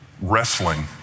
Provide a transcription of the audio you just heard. wrestling